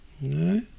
No